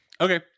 Okay